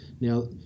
Now